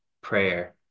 Prayer